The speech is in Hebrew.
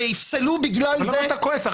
ויפסלו בגלל זה --- אבל למה אתה כועס?